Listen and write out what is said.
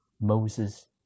Moses